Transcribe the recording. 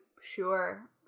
Sure